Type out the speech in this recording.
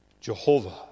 Jehovah